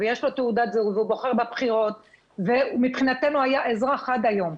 ויש לו תעודת זהות והוא בוחר בבחירות ומבחינתנו הוא היה אזרח עד היום,